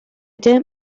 don’t